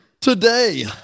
today